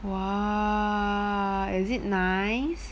!whoa! is it nice